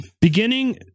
beginning